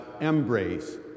embrace